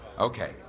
Okay